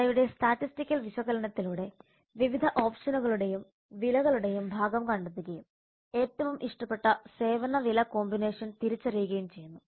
ഡാറ്റയുടെ സ്റ്റാറ്റിസ്റ്റിക്കൽ വിശകലനത്തിലൂടെ വിവിധ ഓപ്ഷനുകളുടെയും വിലകളുടെയും ഭാഗം കണ്ടെത്തുകയും ഏറ്റവും ഇഷ്ടപ്പെട്ട സേവന വില കോമ്പിനേഷൻ തിരിച്ചറിയുകയും ചെയ്യുന്നു